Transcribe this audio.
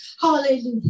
Hallelujah